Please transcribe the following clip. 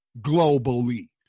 globally